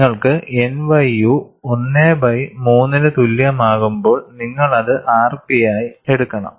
നിങ്ങൾക്ക് nyu 1 by 3 ന് തുല്യമാകുമ്പോൾ നിങ്ങൾ അത് rp ആയി എടുക്കണം